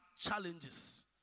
challenges